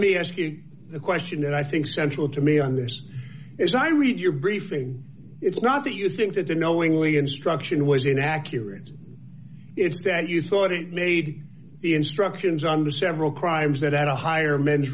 me ask you a question that i think central to me on this is i read your briefing it's not that you think that they knowingly instruction was inaccurate it's that you thought it made the instructions on several crimes that at a higher men